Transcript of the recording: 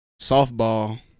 Softball